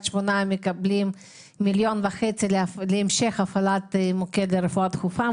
שמונה יקבלו 1.5 מיליון שקל להמשך הפעלת מוקד לרפואה דחופה.